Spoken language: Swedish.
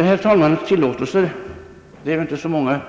Med herr talmannens tillåtelse — det är inte fler